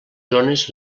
zones